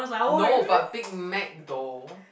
no but Big Mac though